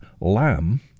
lamb